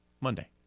Monday